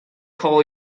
call